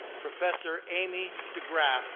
professor amy degraff.